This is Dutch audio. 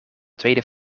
tweede